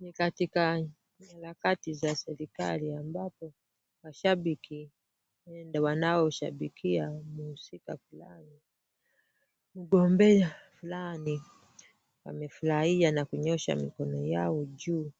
Ni katika harakati za serikali ambapo mashabiki huenda wanaoshabikia mhusika fulani mgombea fulani, wamefurahia na kunyosha mikono yao juu